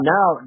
Now